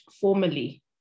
formally